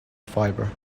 fiber